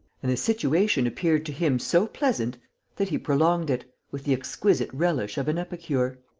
and the situation appeared to him so pleasant that he prolonged it, with the exquisite relish of an epicure.